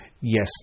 yes